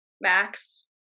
max